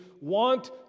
want